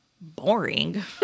boring